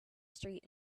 street